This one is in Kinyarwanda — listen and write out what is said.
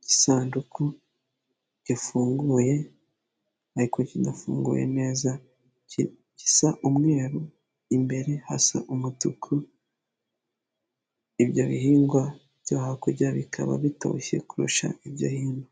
igisanduku gifunguye, ariko kidafunguye neza gisa umweru imbere hasa umutuku, ibyo bihingwa byo hakurya bikaba bitoshye kurusha ibyo hino.